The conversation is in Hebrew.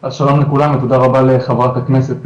שלום לכולם ותודה רבה לחברת הכנסת,